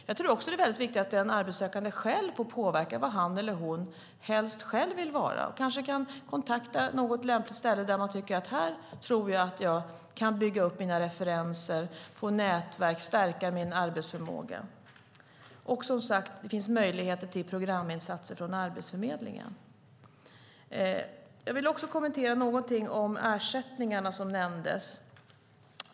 Jag tror också att det är väldigt viktigt att den arbetssökande själv får påverka var han eller hon helst själv vill vara och kanske kan kontakta något lämpligt ställe där man tror att man kan bygga upp sina referenser, få nätverk och stärka sin arbetsförmåga. Det finns möjlighet till programinsatser från Arbetsförmedlingen. Jag vill också kommentera någonting om ersättningarna som nämndes.